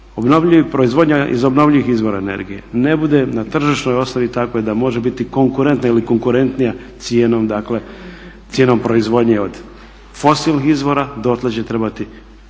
dok god proizvodnja iz obnovljivih izvora energije ne bude na tržišnoj osnovi takvoj da može biti konkurentna ili konkurentnija cijenom proizvodnje od fosilnih izvora dotle će trebati državne